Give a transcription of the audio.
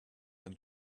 than